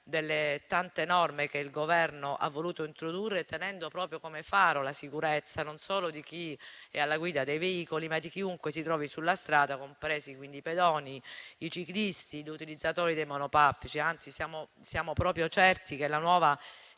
delle tante norme che il Governo ha voluto introdurre, tenendo come faro la sicurezza non solo di chi è alla guida dei veicoli, ma di chiunque si trovi sulla strada, compresi quindi i pedoni, i ciclisti, gli utilizzatori dei monopattini. Anzi, siamo proprio certi che la nuova